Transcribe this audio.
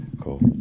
Cool